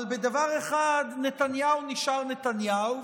אבל בדבר אחד נתניהו נשאר נתניהו,